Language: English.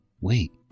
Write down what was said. Wait